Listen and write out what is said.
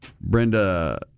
Brenda